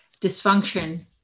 dysfunction